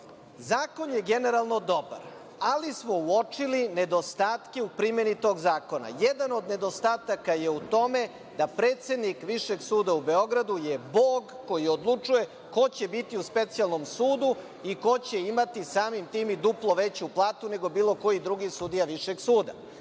Zakon je generalno dobar, ali smo uočili nedostatke u primeni tog zakona. Jedan od nedostataka je u tome da predsednik Višeg suda u Beogradu je bog koji odlučuje ko će biti u Specijalnom sudu i ko će imati samim tim i duplo veću platu nego bilo koji sudija višeg suda.